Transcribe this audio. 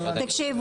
אבל אחרות כן.